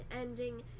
ending